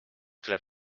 tuleb